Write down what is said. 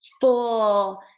full